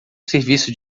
serviço